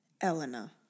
Elena